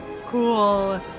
cool